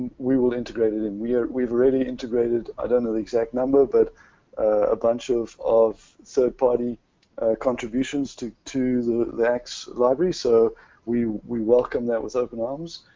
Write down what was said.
we will integrate it. and ah we've already integrated, i don't know the exact number, but a bunch of of third party contributions to to the the axe library. so we we welcome that with open arms.